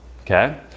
okay